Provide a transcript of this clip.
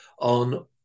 on